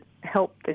help